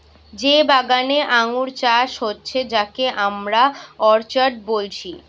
যে বাগানে আঙ্গুর চাষ হচ্ছে যাকে আমরা অর্চার্ড বলছি